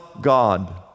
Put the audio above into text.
God